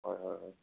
হয় হয় হয়